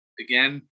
Again